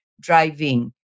driving